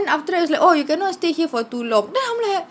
and after I was like oh you cannot stay here for too long then I'm like